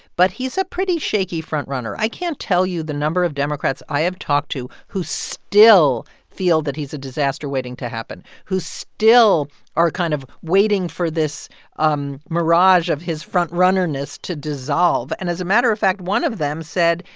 but he's a pretty shaky front-runner i can't tell you the number of democrats i have talked to who still feel that he's a disaster waiting to happen, who still are kind of waiting for this um mirage of his front-runnerness to dissolve. and as a matter of fact, one of them said,